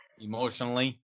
Emotionally